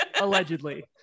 Allegedly